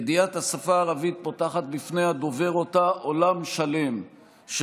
ידיעת השפה הערבית פותחת בפני הדובר אותה עולם שלם של